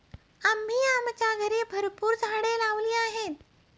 आम्ही आमच्या घरी भरपूर झाडं लावली आहेत